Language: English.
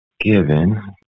given